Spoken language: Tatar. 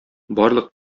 барлык